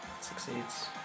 Succeeds